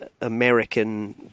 American